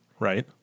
Right